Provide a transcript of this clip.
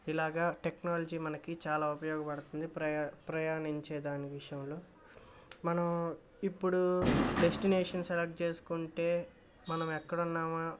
ఇలాగా టెక్నాలజీ మనకి చాలా ఉపయోగపడతుంది ప్రయా ప్రయాణించేదాని విషయంలో మనం ఇప్పుడు డెస్టినేషన్ సెలెక్ట్ చేసుకుంటే మనం ఎక్కడున్నామా